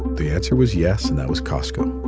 the answer was yes, and that was costco.